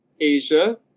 asia